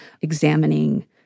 examining